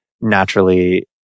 naturally